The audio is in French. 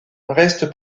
reste